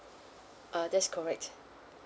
uh that's correct